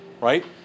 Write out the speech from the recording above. Right